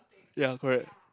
ya correct